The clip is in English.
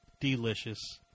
delicious